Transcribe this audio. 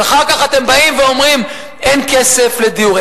אז אחר כך אתם באים ואומרים: אין כסף לדיור.